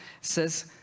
says